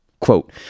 Quote